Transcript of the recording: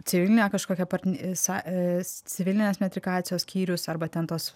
civilinę kažkokią partn sa civilinės metrikacijos skyrius arba ten tos